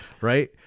Right